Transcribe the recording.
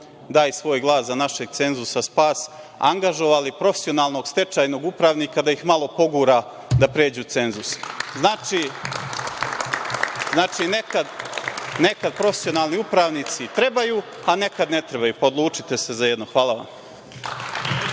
daj svoj glas za našeg cenzusa spas, angažovali profesionalnog stečajnog upravnika da ih malo pogura da pređu cenzus. Znači, nekad profesionalni upravnici trebaju, a nekada ne trebaju? Odlučite se za jedno. **Maja